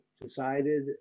decided